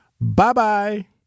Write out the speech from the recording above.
Bye-bye